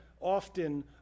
often